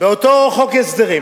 באותו חוק הסדרים